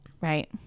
Right